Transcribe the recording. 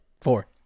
Four